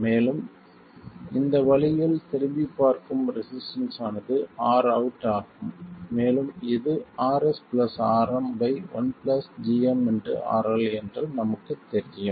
மேலும் இந்த வழியில் திரும்பிப் பார்க்கும் ரெசிஸ்டன்ஸ் ஆனது Rout ஆகும் மேலும் இது RsRm1gmRL என்று நமக்குத் தெரியும்